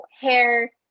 hair